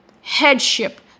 headship